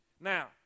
Now